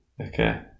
Okay